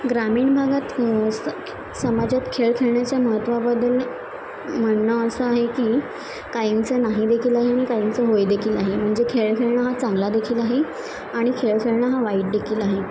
ग्रामीण भागात स् समाजात खेळ खेळण्याच्या महत्त्वाबद्दल म्हणणं असं आहे की काहींचं नाही देखील आहे आणि काहींचं होय देखील आहे म्हणजे खेळ खेळणं हा चांगला देखील आहे आणि खेळ खेळणं हा वाईट देखील आहे